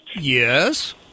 Yes